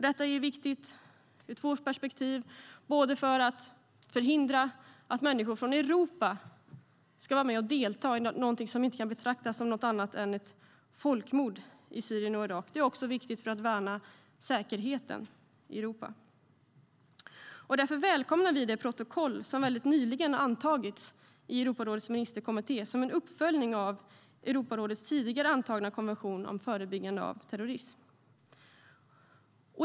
Detta är viktigt ur två perspektiv - både för att förhindra att människor från Europa ska delta i något som inte kan betraktas som något annat än ett folkmord i Syrien och Irak och för att det är viktigt att värna säkerheten i Europa. Därför välkomnar vi det protokoll som nyligen antagits i Europarådets ministerkommitté som en uppföljning av Europarådets tidigare antagna konvention om förebyggande av terrorism.